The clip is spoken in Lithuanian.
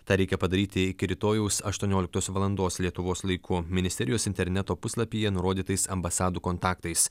tą reikia padaryti iki rytojaus aštuonioliktos valandos lietuvos laiku ministerijos interneto puslapyje nurodytais ambasadų kontaktais